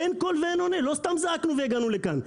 לא סתם זעקנו והגענו לכאן.